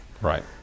Right